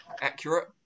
accurate